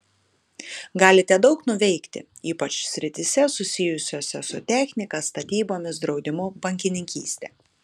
galite daug nuveikti ypač srityse susijusiose su technika statybomis draudimu bankininkyste